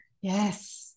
yes